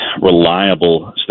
reliable